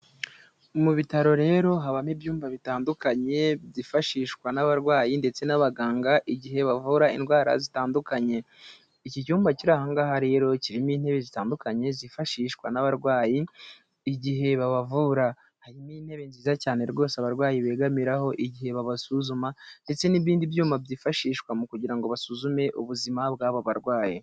Mu bitaro rero habamo ibyumba bitandukanye byifashishwa n'abarwayi ndetse n'abaganga igihe bavura indwara zitandukanye. Iki cyumba kiri aha rero kirimo intebe zitandukanye zifashishwa n'abarwayi igihe babavura, harimo intebe nziza cyane rwose abarwayi begamiraho igihe babasuzuma ndetse n'ibindi byuma byifashishwa mu kugira ngo basuzume ubuzima bwa aba barwayi.